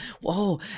whoa